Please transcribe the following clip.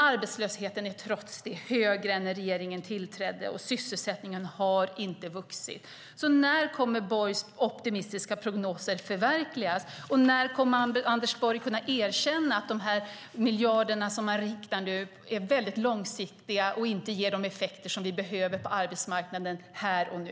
Arbetslösheten är trots det högre än när regeringen tillträdde och sysselsättningen har inte vuxit. När kommer Borgs optimistiska prognoser att förverkligas? När kommer Anders Borg att erkänna att de miljarder som man nu riktar är långsiktiga och inte ger de effekter som vi behöver på arbetsmarknaden här och nu?